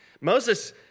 Moses